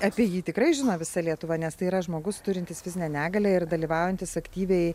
apie jį tikrai žino visa lietuva nes tai yra žmogus turintis fizinę negalią ir dalyvaujantis aktyviai